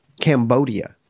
Cambodia